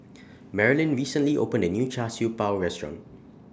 Marolyn recently opened A New Char Siew Bao Restaurant